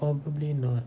probably not